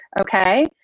okay